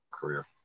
career